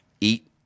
eat